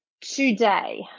today